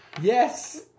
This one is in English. Yes